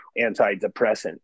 antidepressant